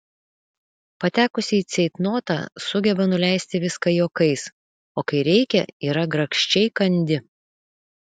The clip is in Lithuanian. patekusi į ceitnotą sugeba nuleisti viską juokais o kai reikia yra grakščiai kandi